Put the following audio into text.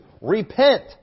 repent